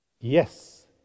Yes